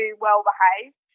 well-behaved